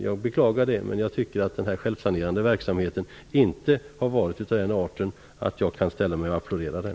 Jag beklagar det, men jag tycker inte att den självsanerande verksamheten har varit av den arten att jag kan ställa mig och applådera den.